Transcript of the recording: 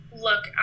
look